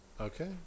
Okay